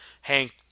Hank